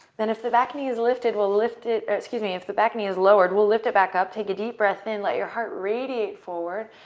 then if the back knee is lifted, we'll lift it. excuse me. if the back knee is lowered, we'll lift it back up. take a deep breath in. let your heart radiate forward.